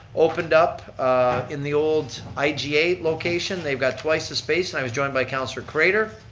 opened up in the old i g eight location. they've got twice the space, and i was joined by councillor craitor,